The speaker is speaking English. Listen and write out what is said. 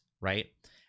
right